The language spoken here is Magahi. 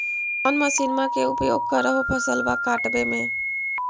कौन मसिंनमा के उपयोग कर हो फसलबा काटबे में?